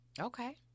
Okay